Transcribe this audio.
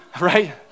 Right